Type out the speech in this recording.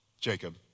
Jacob